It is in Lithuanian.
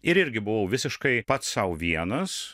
ir irgi buvau visiškai pats sau vienas